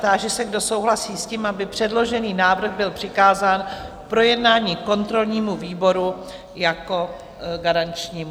Táži se, kdo souhlasí s tím, aby předložený návrh byl přikázán k projednání kontrolnímu výboru jako garančnímu.